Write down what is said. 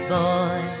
boy